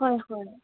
হয় হয়